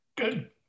Good